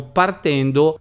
partendo